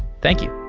thank you